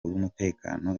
w’umutekano